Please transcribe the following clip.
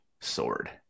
sword